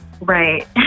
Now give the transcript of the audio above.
Right